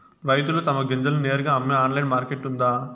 రైతులు తమ గింజలను నేరుగా అమ్మే ఆన్లైన్ మార్కెట్ ఉందా?